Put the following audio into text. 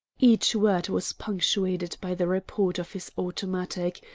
each word was punctuated by the report of his automatic,